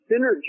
Synergy